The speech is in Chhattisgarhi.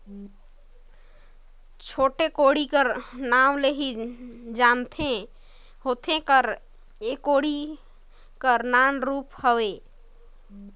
नान कोड़ी कर नाव ले ही जानल होथे कर एह कोड़ी कर नान रूप हरे